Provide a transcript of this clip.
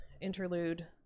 interlude